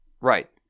Right